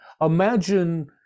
imagine